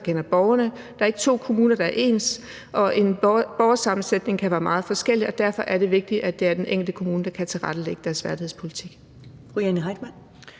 der kender borgerne. Der er ikke to kommuner, der er ens, og en borgersamensætning kan være meget forskellig, og derfor er det vigtigt, at det er den enkelte kommune, der kan tilrettelægge deres værdighedspolitik.